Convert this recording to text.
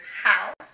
house